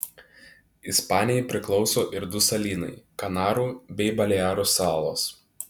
ispanijai priklauso ir du salynai kanarų bei balearų salos